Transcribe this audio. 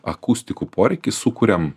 akustikų poreikį sukuriam